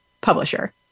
publisher